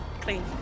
clean